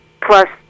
plus